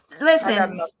Listen